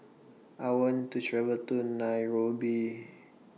I want to travel to Nairobi